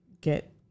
get